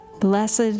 Blessed